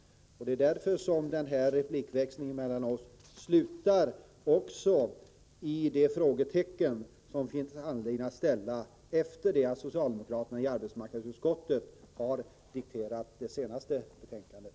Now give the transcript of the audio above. Det är därför som denna replikväxling oss emellan också slutar i ett frågetecken, något som det också finns anledning att sätta efter det av socialdemokraterna i arbetsmarknadsutskottet dikterade senaste betänkandet.